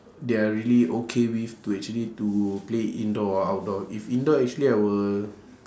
they're really okay with to actually to play indoor or outdoor if indoor actually I will